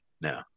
now